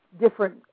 different